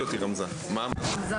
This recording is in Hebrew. הישיבה